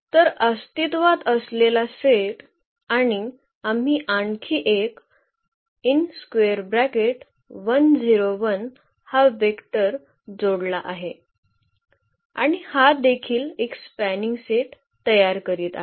तर अस्तित्वात असलेला सेट आणि आम्ही आणखी एक हा वेक्टर जोडला आहे आणि हा देखील एक स्पॅनिंग सेट तयार करीत आहे